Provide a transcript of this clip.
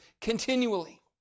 continually